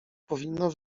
powinno